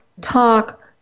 talk